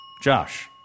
Josh